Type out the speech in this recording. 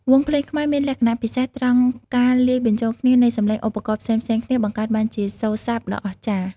វង់ភ្លេងខ្មែរមានលក្ខណៈពិសេសត្រង់ការលាយបញ្ចូលគ្នានៃសំឡេងឧបករណ៍ផ្សេងៗគ្នា បង្កើតបានជាសូរស័ព្ទដ៏អស្ចារ្យ។